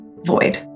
Void